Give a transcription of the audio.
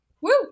Woo